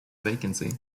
vacancy